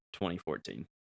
2014